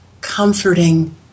comforting